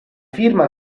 firma